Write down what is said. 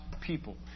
people